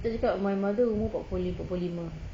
cakap my mother umur empat puluh empat puluh lima